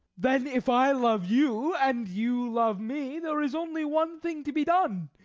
then if i love you and you love me, there is only one thing to be done.